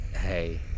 Hey